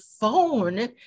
phone